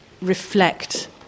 reflect